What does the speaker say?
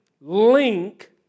link